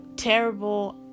terrible